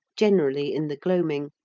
generally in the gloaming,